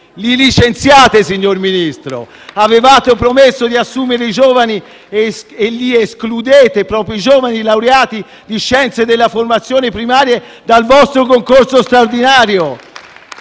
*(Applausi dal Gruppo PD)*. Avevate promesso di assumere i giovani e li escludete, propri i giovani laureati in scienze della formazione primaria, dal vostro concorso straordinario.